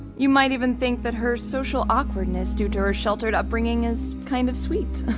you might even think that her social awkwardness due to her sheltered upbringing is kind of sweet.